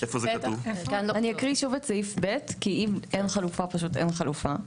אני אקריא שוב את סעיף (ב) כי אם אין חלופה: ״מסר